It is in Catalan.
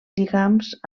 lligams